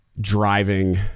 driving